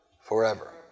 forever